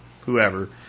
Whoever